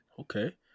Okay